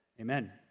Amen